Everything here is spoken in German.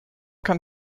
kann